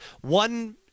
one